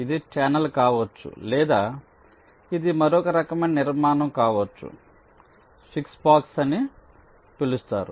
ఇది ఛానెల్ కావచ్చు లేదా ఇది మరొక రకమైన నిర్మాణం కావచ్చు స్విచ్ బాక్స్ అని పిలుస్తారు